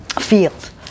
field